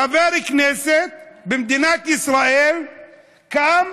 חבר כנסת במדינת ישראל קם